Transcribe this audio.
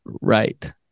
Right